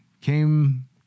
came